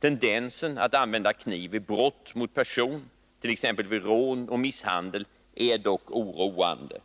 Tendensen att använda kniv vid brott mot person, t.ex. vid rån och misshandel, är dock oroande.